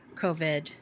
COVID